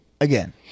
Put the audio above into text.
Again